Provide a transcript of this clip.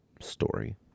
story